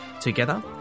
Together